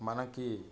మనకి